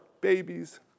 babies